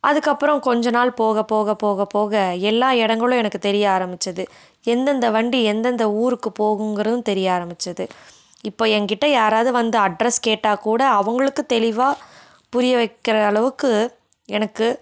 அதுக்கப்புறம் கொஞ்ச நாள் போக போக போக போக எல்லா இடங்களும் எனக்கு தெரிய ஆரம்பித்தது எந்தெந்த வண்டி எந்தெந்த ஊருக்கு போகுங்கிறதும் தெரிய ஆரம்பிச்சது இப்போ எங்கிட்ட யாராது வந்து அட்ரஸ் கேட்டால் கூட அவங்களுக்கு தெளிவாக புரிய வைக்கிற அளவுக்கு எனக்கு